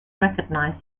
recognized